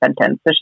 sentence